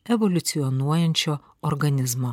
evoliucionuojančio organizmo